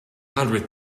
hundred